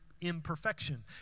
imperfection